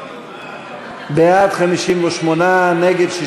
תקציב ב-08 ל-2016 לא התקבלו.